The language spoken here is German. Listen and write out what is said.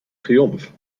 triumph